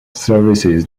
services